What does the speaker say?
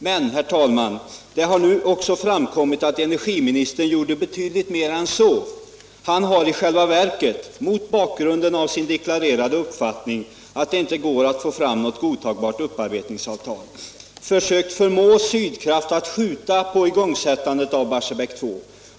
Men, herr talman, det har nu också framkommit att energiministern gjorde betydligt mer än så: han har i själva verket — mot bakgrund av sin deklarerade uppfattning att det inte går att få fram något godtagbart upparbetningsavtal — försökt förmå Sydkraft att skjuta på igångsättandet av Barsebäck 2.